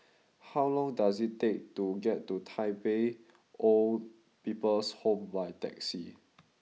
how long does it take to get to Tai Pei Old People's Home by taxi